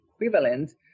equivalent